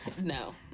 No